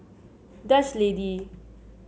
Dutch Lady